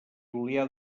julià